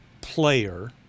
player